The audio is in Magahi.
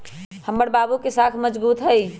हमर बाबू के साख मजगुत हइ